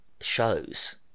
shows